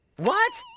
what!